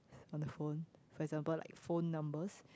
on the phone for example like phone numbers